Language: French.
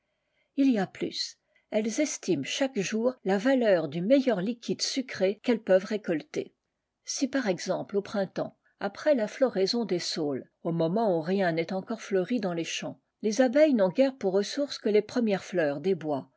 il y a plus elles estiment chaque jour la valeur du meilleur liquide sucré qu'elles peuvent récolter si par exemple au printemps après la floraison des saules au moment où rien n'est encore fleuri dans les champs les abeilles n'ont guère pour ressource jue les premières fleurs des